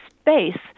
space